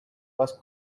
was